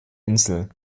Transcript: insel